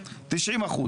90%,